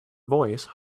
voice